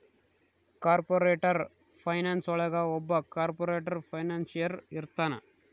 corporate finance ಒಳಗ ಒಬ್ಬ corporate financier ಇರ್ತಾನ